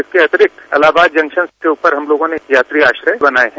इसके अतिरिक्त इलाहाबाद जंदशन के ऊपर हम लोगों ने यात्री आश्रय बनाये हैं